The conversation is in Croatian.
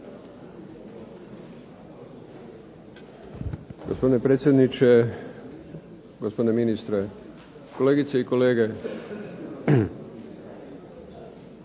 Gospodine predsjedniče, gospodine ministre, kolegice i kolege.